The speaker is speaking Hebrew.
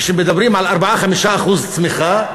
כשמדברים על 4% 5% צמיחה,